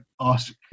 ask